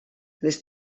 les